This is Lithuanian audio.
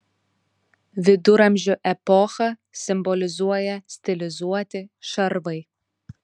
viduramžių epochą simbolizuoja stilizuoti šarvai